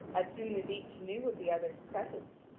as soon as each knew of the other's presence.